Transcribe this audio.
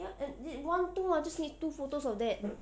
ya and then one two or just need two photos of that